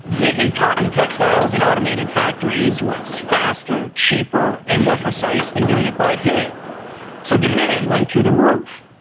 making cotton textiles in automated factories was faster, cheaper, and more precise than doing it by hand so demand went through the roof.